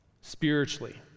spiritually